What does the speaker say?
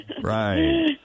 Right